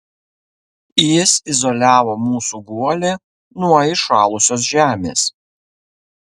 jis izoliavo mūsų guolį nuo įšalusios žemės